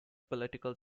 political